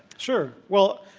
sure. well,